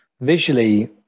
Visually